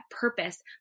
purpose